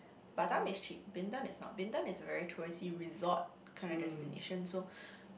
Batam is cheap Bintan is not Bintan is a very touristy resort kind of destination so